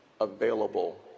available